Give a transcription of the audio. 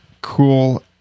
cool